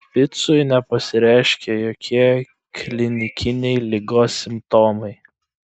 špicui nepasireiškė jokie klinikiniai ligos simptomai